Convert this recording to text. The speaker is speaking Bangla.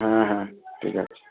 হ্যাঁ হ্যাঁ ঠিক আছে